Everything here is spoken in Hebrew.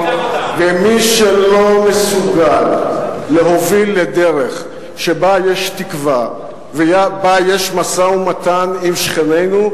ומי שלא מסוגל להוביל לדרך שבה יש תקווה ובה יש משא-ומתן עם שכנינו,